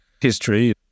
history